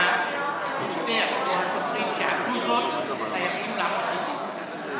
והשוטר או השוטרים שעשו זאת חייבים לעמוד לדין,